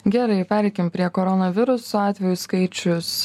gerai pereikim prie koronaviruso atvejų skaičius